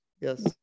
yes